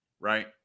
right